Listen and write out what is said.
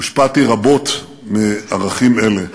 הושפעתי רבות מערכים אלה.